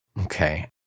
Okay